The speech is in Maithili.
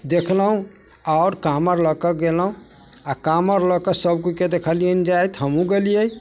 देखलहुँ आओर काँवर लऽ के गेलहुँ आओर काँवर लऽके सब कोइके देखलियनि जाइत हमहुँ गेलियै